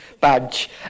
badge